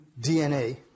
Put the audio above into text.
DNA